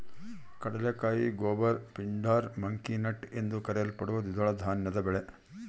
ಕಡಲೆಕಾಯಿ goober pindar monkey nut ಎಂದೂ ಕರೆಯಲ್ಪಡುವ ದ್ವಿದಳ ಧಾನ್ಯದ ಬೆಳೆ